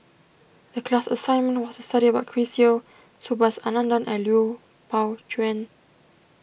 the class assignment was to study about Chris Yeo Subhas Anandan and Liu Pao Chuen